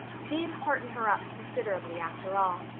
did hearten her up considerably after all.